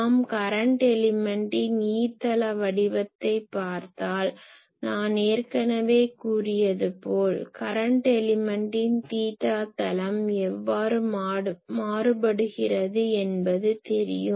நாம் கரண்ட் எலிமன்ட்டின் E தள வடிவத்தைப் பார்த்தால் நான் ஏற்கனவே கூறியதுபோல கரண்ட் எலிமன்ட்டின் தீட்டா தளம் எவ்வாறு மாறுபடுகிறது என்பது தெரியும்